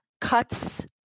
cuts